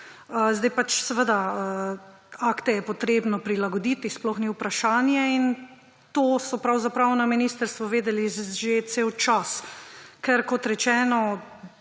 inštitutov. Akte je potrebno prilagoditi, to sploh ni vprašanje in to so pravzaprav na ministrstvu vedeli že ves čas. Ker kot rečeno,